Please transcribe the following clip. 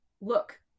look